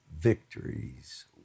victories